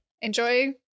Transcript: enjoy